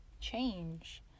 change